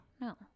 No